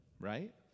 right